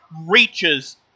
reaches